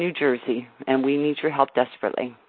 jersey, and we need your help desperately.